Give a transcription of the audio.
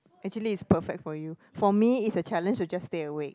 actually it's perfect for you for me it's a challenge to just stay awake